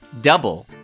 double